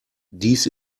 dies